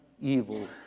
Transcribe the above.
evil